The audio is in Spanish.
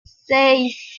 seis